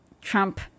Trump